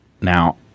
Now